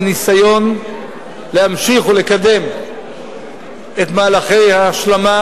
מניסיון להמשיך לקדם את מהלכי ההשלמה